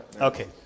Okay